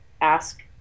ask